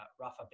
Rafa